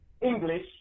English